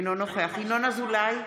אינו נוכח ינון אזולאי,